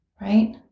right